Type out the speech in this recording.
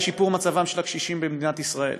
שיפור מצבם של הקשישים במדינת ישראל.